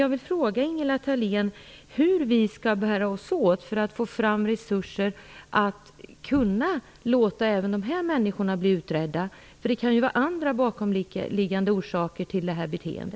Jag vill fråga Ingela Thalén hur vi skall bära oss åt för att få fram resurser så att de här människornas fall blir utredda. Det kan ju finnas andra bakomliggande orsaker till deras beteende.